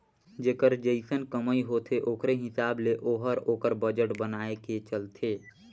जेकर जइसन कमई होथे ओकरे हिसाब ले ओहर ओकर बजट बनाए के चलथे